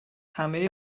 همهی